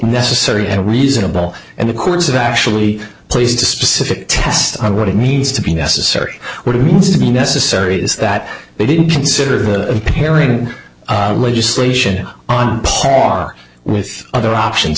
necessary had a reasonable and the courts have actually placed a specific test on what it means to be necessary what it means to be necessary is that they didn't consider the pairing legislation on are with other options